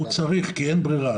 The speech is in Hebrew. הוא צריך כי אין ברירה.